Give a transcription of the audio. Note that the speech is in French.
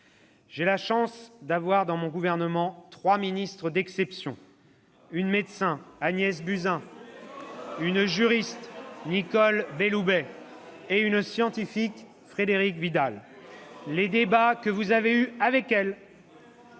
J'ai la chance d'avoir dans mon gouvernement trois ministres d'exception ... Et les autres alors ?... une médecin, Agnès Buzyn, une juriste, Nicole Belloubet, et une scientifique, Frédérique Vidal. Les débats que vous avez eus avec elle,